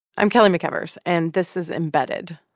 um kelly mcevers, and this is embedded.